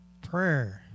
Prayer